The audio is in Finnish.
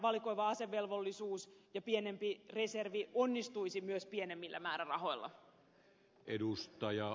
valikoiva asevelvollisuus ja pienempi reservi onnistuisivat myös pienemmillä määrärahoilla